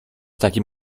takim